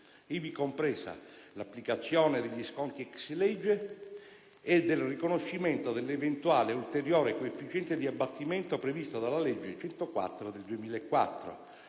ivi compresa l'applicazione degli sconti *ex lege* e del riconoscimento dell'eventuale ulteriore coefficiente di abbattimento previsto dalla legge n. 104 del 2004,